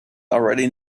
already